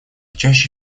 чаще